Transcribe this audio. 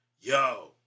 yo